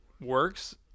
works